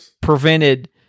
prevented